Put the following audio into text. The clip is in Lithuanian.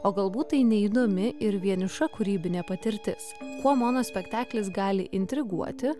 o galbūt tai neįdomi ir vieniša kūrybinė patirtis kuo monospektaklis gali intriguoti